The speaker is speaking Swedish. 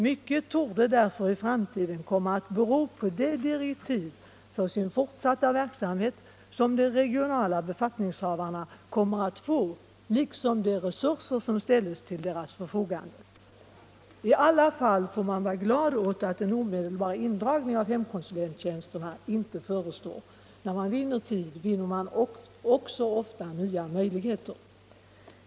Mycket torde i framtiden bero på de direktiv för den fortsatta verksamheten som de regionala befattningshavarna kommer att få liksom på de resurser som ställs till deras förfogande. I alla fall får man vara glad åt att en omedelbar indragning av hemkonsulenttjänsterna inte förestår. När man vinner tid vinner man ofta också nya möjligheter.